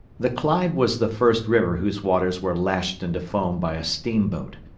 the clyde was the first river whose waters were lashed into foam by a steam-boat.